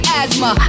asthma